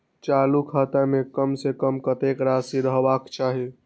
चालु खाता में कम से कम कतेक राशि रहबाक चाही?